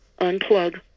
Unplug